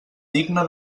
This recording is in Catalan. digna